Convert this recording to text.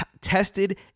tested